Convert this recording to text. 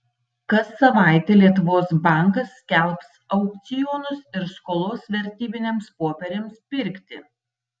kas savaitę lietuvos bankas skelbs aukcionus ir skolos vertybiniams popieriams pirkti